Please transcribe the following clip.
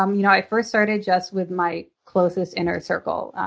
um you know i first started just with my closest inner circle.